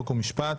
חוק ומשפט.